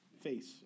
face